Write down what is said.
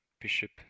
Bishop